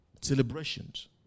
Celebrations